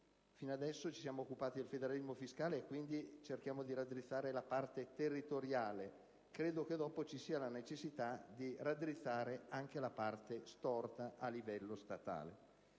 Fino ad ora ci siamo occupati del federalismo fiscale, quindi cerchiamo di raddrizzare la parte territoriale; in seguito, credo vi sarà la necessità di raddrizzare anche la parte storta a livello statale.